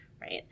right